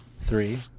Three